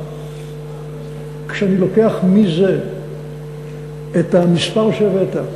כשאני לוקח מזה את המספר שהבאת,